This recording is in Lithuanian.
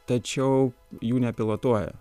tačiau jų nepilotuoja